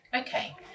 Okay